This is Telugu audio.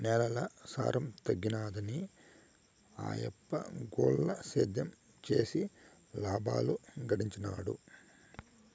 నేలల సారం తగ్గినాదని ఆయప్ప గుల్ల సేద్యం చేసి లాబాలు గడించినాడు